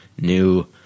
new